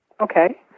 Okay